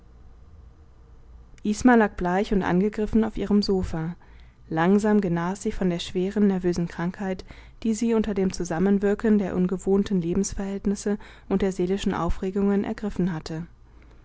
isma lag bleich und angegriffen auf ihrem sofa langsam genas sie von der schweren nervösen krankheit die sie unter dem zusammenwirken der ungewohnten lebensverhältnisse und der seelischen aufregungen ergriffen hatte